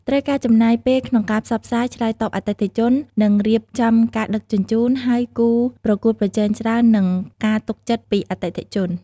ត្រូវការចំណាយពេលក្នុងការផ្សព្វផ្សាយ ឆ្លើយតបអតិថិជន និងរៀបចំការដឹកជញ្ជូន ហើយគូប្រកួតប្រជែងច្រើន និងការទុកចិត្តពីអតិថិជន។